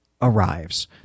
arrives